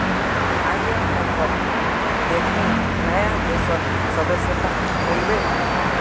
आईएमएफत देखनी नया देशक सदस्यता मिल बे